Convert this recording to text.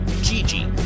Gigi